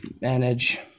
manage